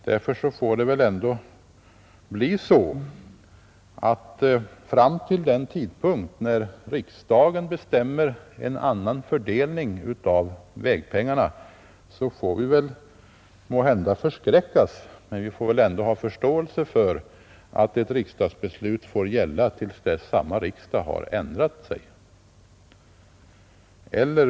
Därför får det väl ändå bli så att fram till den tidpunkt när riksdagen bestämmer en annan fördelning av vägpengarna, så får vi måhända förskräckas, men vi får i alla fall ha förståelse för att ett riksdagsbeslut gäller till dess riksdagen har ändrat sig.